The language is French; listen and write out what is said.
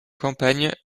campagne